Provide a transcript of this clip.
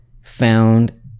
found